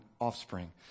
offspring